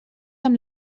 amb